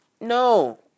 no